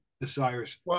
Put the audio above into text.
desires